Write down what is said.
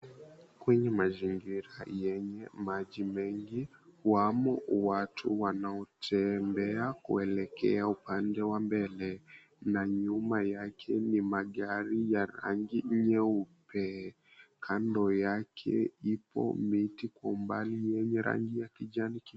Kwenye mazingira yenye maji mengi, wamo watu wanaotembea kuelekea upande wa mbele, na nyuma yake ni magari ya rangi nyeupe. Kando yake ipo miti kwa umbali, yenye rangi ya kijani kibichi.